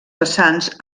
vessants